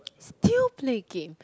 still play game